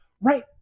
right